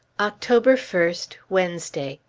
october first, wednesday.